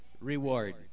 Reward